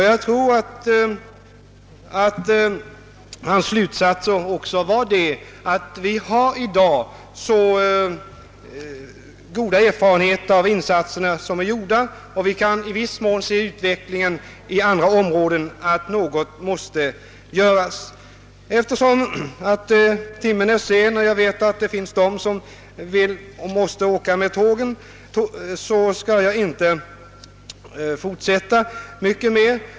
Jag tror att hans slutsats blev, att vi i dag har goda erfarenheter av de insatser som gjorts i stödområdena och att utvecklingen i andra områden tyder på att liknande åtgärder bör insättas även där. Eftersom timmen är sen och jag vet att en del av kammarens ledamöter måste åka hem med kvällistågen, skall jag inte säga så mycket mer.